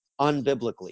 unbiblically